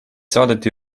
saadeti